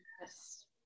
Yes